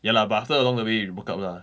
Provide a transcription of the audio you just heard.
ya lah but after along the way we broke up lah